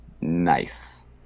nice